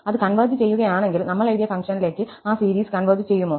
അത് കൺവെർജ് ചെയ്യുകയാണെങ്കിൽ നമ്മൾ എഴുതിയ ഫംഗ്ഷനിലേക്ക് ആ സീരീസ് കൺവെർജ് ചെയ്യുമോ